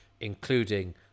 including